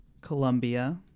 Colombia